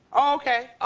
okay.